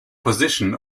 position